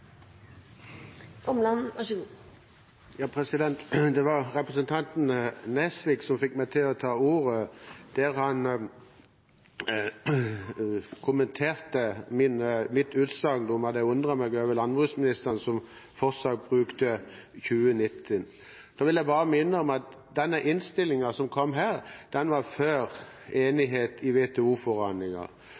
Nesvik som fikk meg til å ta ordet, da han kommenterte mitt utsagn om at jeg undret meg over landbruksministeren som fortsatt bruker 2019. Da vil jeg bare minne om at denne innstillingen kom før enigheten i WTO-forhandlingene. Vi mener det er viktig ikke å gi ensidige innrømmelser, men heller utnytte det handlingsrommet som